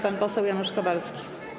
Pan poseł Janusz Kowalski.